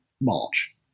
March